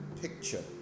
picture